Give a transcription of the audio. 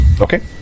Okay